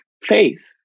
faith